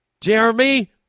Jeremy